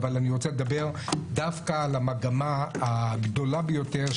אבל אני רוצה לדבר דווקא על המגמה הגדולה ביותר,